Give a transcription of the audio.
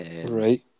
right